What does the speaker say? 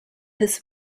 his